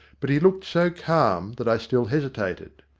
but he looked so calm that i still hesitated.